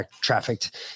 trafficked